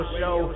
show